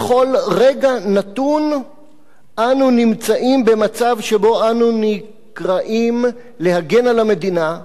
בכל רגע נתון אנו נמצאים במצב שבו אנו נקראים להגן על המדינה,